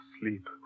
Sleep